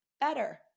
better